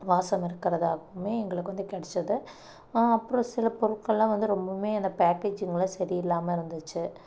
வாசம் இருக்கிறதாகவுமே எங்களுக்கு வந்து கிடைச்சுது அப்புறம் சில பொருட்களெலாம் வந்து ரொம்பவுமே அந்த பேக்கேஜிங்கெலாம் சரி இல்லாமல் இருந்துச்சு